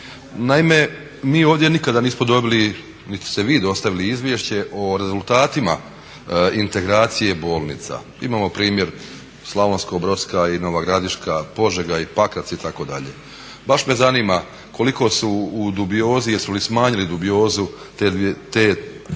Naime, mi ovdje nikada nismo dobili niti ste vi dostavili izvješće o rezultatima integracije bolnica. Imamo primjer slavonskobrodska i Nova Gradiška, Požega i Pakrac itd. Baš me zanima koliko su u dubiozi, jesu li smanjili dubiozu te dvije meni